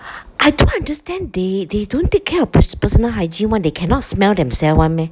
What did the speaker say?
I don't understand they they don't take care of pers~ personal hygiene one they cannot smell themselves [one] meh